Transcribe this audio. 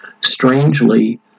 strangely